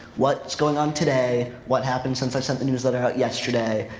what's going on today, what happened since i sent the newsletter out yesterday.